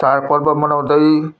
चाडपर्व मनाउँदै